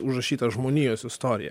užrašyta žmonijos istorija